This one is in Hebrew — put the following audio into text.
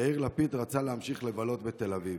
יאיר לפיד רצה להמשיך לבלות בתל אביב,